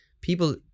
people